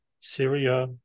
Syria